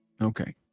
okay